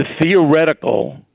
theoretical